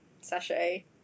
sachet